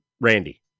Randy